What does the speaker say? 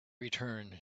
return